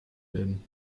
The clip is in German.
werden